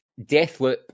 Deathloop